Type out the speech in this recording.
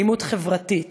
אלימות חברתית.